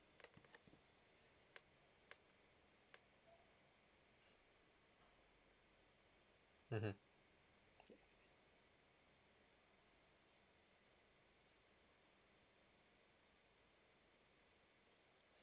mmhmm